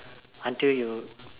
until you